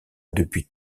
depuis